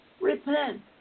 Repent